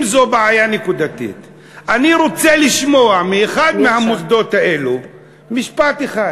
אם זו בעיה נקודתית אני רוצה לשמוע מאחד מהמוסדות האלה משפט אחד: